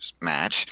match